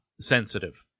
sensitive